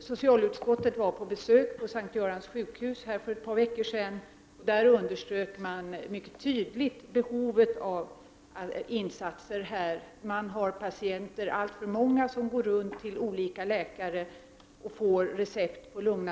utan också på effekten.